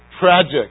tragic